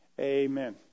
Amen